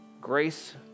Grace